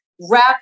wrap